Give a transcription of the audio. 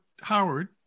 Howard